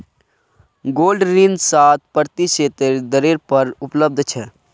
gold ऋण सात प्रतिशतेर दरेर पर उपलब्ध छ